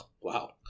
Wow